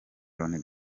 loni